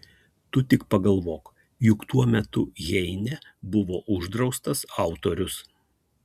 tu tik pagalvok juk tuo metu heine buvo uždraustas autorius